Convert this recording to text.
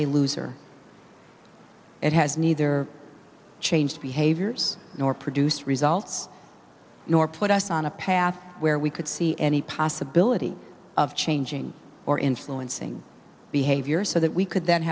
a loser it has neither change behaviors nor produce results nor put us on a path where we could see any possibility of changing or influencing behavior so that we could th